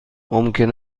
ممکن